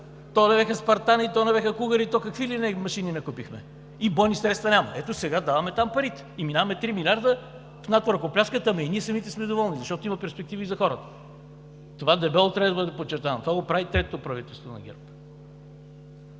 То не бяха „Спартан“-и, то не бяха „Кугър“-и, то какви ли не машини не купихме и бойни средства няма. Ето сега даваме там парите и минаваме три милиарда. В НАТО ръкопляскат, но и самите ние сме доволни, защото има перспектива и за хората. Това дебело трябва да бъде подчертано. Това го прави третото правителство на ГЕРБ.